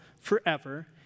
forever